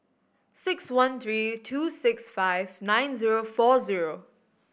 six one three two six five nine zero four zero